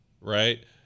Right